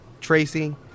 Tracy